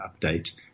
update